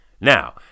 Now